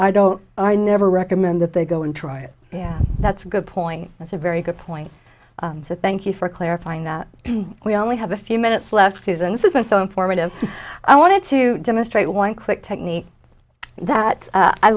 i don't i never recommend that they go and try it yeah that's a good point that's a very good point that thank you for clarifying that we only have a few minutes left isn't this is my phone formative i wanted to demonstrate one quick technique that